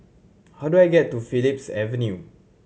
how do I get to Phillips Avenue